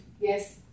Yes